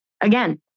again